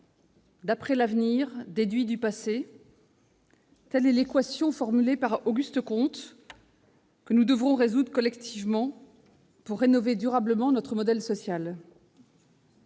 d'après l'avenir déduit du passé », telle est l'équation, formulée par Auguste Comte, que nous devrons résoudre collectivement pour rénover durablement notre modèle social.